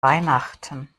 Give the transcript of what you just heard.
weihnachten